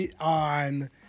on